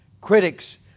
Critics